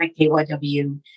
KYW